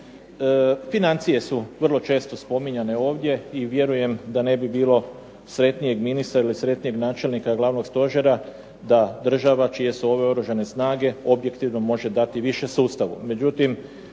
Financije su vrlo često spominjane ovdje, i vjerujem da ne bi bilo sretnijeg ministra ili sretnijeg načelnika glavnog stožera da država, čije su ove oružane snage objektivno može dati više sustavu.